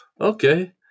Okay